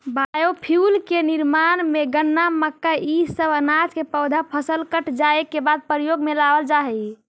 biofuel के निर्माण में गन्ना, मक्का इ सब अनाज के पौधा फसल कट जाए के बाद प्रयोग में लावल जा हई